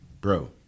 Bro